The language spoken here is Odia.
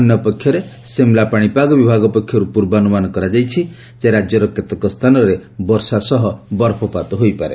ଅନ୍ୟପକ୍ଷରେ ସିମ୍ଲା ପାଣିପାଗ ବିଭାଗ ପକ୍ଷରୁ ପୂର୍ବାନୁମାନ କରାଯାଇଛି ଯେ ରାଜ୍ୟର କେତେକ ସ୍ଥାନରେ ବର୍ଷା ସହ ବରଫପାତ ହୋଇପାରେ